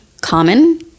common